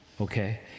okay